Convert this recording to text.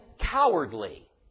cowardly